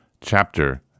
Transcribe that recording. Chapter